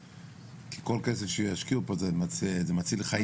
כל כסף שישקיעו פה זה מציל חיים.